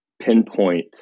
pinpoint